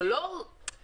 אבל לא כטיעון,